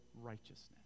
righteousness